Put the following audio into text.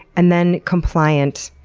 and then compliant,